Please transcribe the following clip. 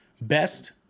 best